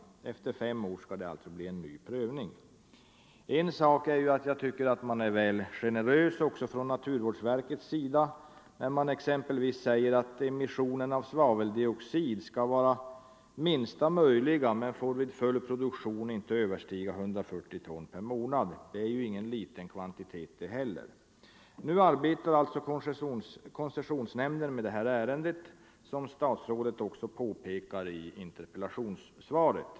Efter fem år skall det alltså bli en ny prövning. En sak är att jag tycker att man är väl generös också från naturvårdsverkets sida när man exempelvis säger att emissionen av svaveldioxid skall vara minsta möjliga men får vid full produktion ej överstiga 140 ton per månad. Det är ingen liten kvantitet det heller. Koncessionsnämnden arbetar nu med detta ärende, något som statsrådet påpekade i interpellationssvaret.